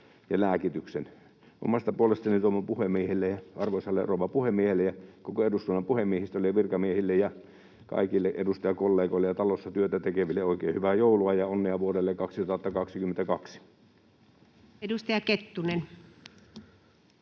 ja lääkityksen. Omasta puolestani toivon arvoisalle rouva puhemiehelle ja koko eduskunnan puhemiehistölle, virkamiehille ja kaikille edustajakollegoille ja talossa työtä tekeville oikein hyvää joulua ja onnea vuodelle 2022. Edustaja Kettunen.